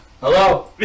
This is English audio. Hello